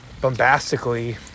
bombastically